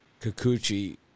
Kikuchi